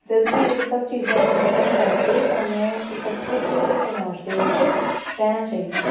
ਜਦੋਂ ਕਿ ਇਹ ਸਭ ਚੀਜ਼ਾਂ ਨੂੰ ਖ਼ਤਮ ਕਰਕੇ ਸਾਨੂੰ ਇਕੱਠੇ ਹੀ ਇਸ ਸਮਾਜ ਦੇ ਵਿੱਚ ਰਹਿਣਾ ਚਾਹੀਦਾ